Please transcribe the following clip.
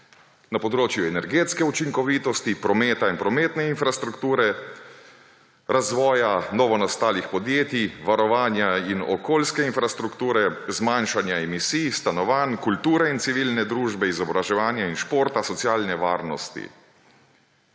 na področju energetske učinkovitosti, prometa in prometne infrastrukture, razvoja novonastalih podjetij, varovanja in okoljske infrastrukture, zmanjšanja emisij, stanovanj, kulture in civilne družbe, izobraževanja in športa, socialne varnosti.